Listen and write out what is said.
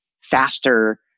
faster